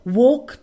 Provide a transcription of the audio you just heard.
walk